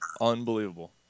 Unbelievable